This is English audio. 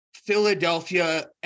philadelphia